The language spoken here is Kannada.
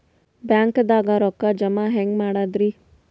ಬ್ಯಾಂಕ್ದಾಗ ರೊಕ್ಕ ಜಮ ಹೆಂಗ್ ಮಾಡದ್ರಿ?